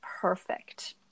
perfect